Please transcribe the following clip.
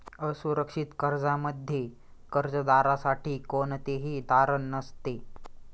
असुरक्षित कर्जामध्ये कर्जदारासाठी कोणतेही तारण नसते